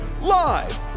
Live